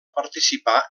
participar